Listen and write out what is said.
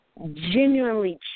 genuinely